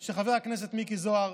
של חבר הכנסת מיקי זוהר,